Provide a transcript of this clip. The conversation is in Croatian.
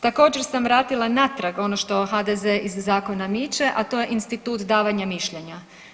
Također sam vratila natrag ono što HDZ iz zakona miče, a to je institut davanja mišljenja.